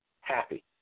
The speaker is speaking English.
happy